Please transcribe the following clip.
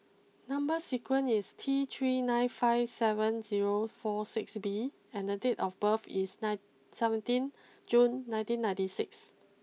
number sequence is T three nine five seven zero four six B and the date of birth is nine seventeen June nineteen ninety six